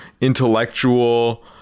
intellectual